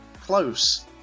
close